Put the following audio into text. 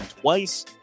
twice